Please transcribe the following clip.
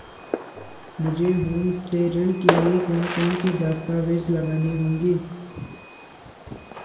मुझे होमस्टे ऋण के लिए कौन कौनसे दस्तावेज़ लगाने होंगे?